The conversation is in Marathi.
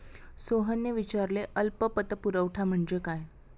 सोहनने विचारले अल्प पतपुरवठा म्हणजे काय?